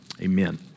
amen